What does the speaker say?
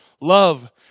love